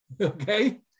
Okay